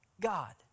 God